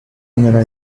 near